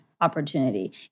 opportunity